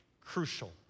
crucial